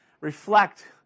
reflect